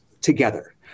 together